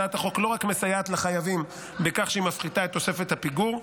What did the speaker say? הצעת החוק לא רק מסייעת לחייבים בכך שהיא מפחיתה את תוספת הפיגור,